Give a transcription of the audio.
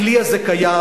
הכלי הזה קיים,